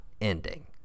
ending